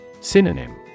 Synonym